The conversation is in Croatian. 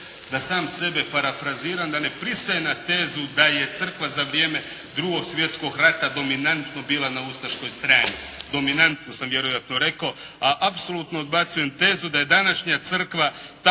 da sam sebe parafraziram da ne pristajem na tezu da je crkva za vrijeme Drugog svjetskog rata dominantno bila na ustaškoj strani. Dominantno sam vjerojatno rekao, a apsolutno odbacujem tezu da je današnja crkva ta